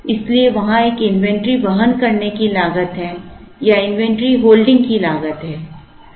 इसलिए वहाँ एक इन्वेंटरी वहन करने की लागत है या इन्वेंटरी होल्डिंग की लागत है